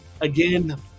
again